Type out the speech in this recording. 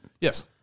yes